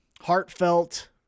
heartfelt